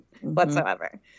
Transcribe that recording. whatsoever